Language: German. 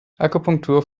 akupunktur